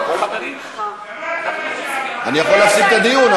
אני יכול להפסיק את הדיון,